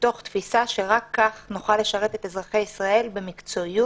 מתוך תפיסה שרק כך נוכל לשרת את אזרחי ישראל במקצועיות,